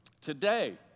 today